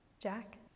Jack